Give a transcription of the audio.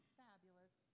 fabulous